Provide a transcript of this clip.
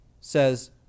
says